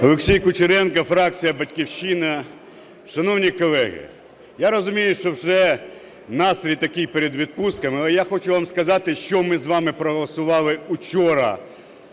Олексій Кучеренко, фракція "Батьківщина". Шановні колеги, я розумію, що вже настрій такий перед відпустками. Але я хочу сказати, що ми з вами проголосували вчора